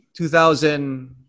2000